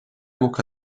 busca